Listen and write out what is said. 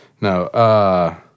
No